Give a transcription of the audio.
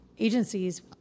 Agencies